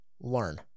learn